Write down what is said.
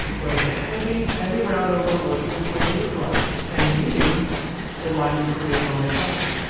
but it's a heavy, heavy round over working it's way to the front and meeting the line we created on the sides.